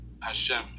Hashem